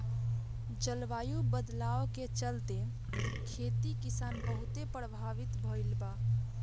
जलवायु बदलाव के चलते, खेती किसानी बहुते प्रभावित भईल बा